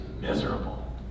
miserable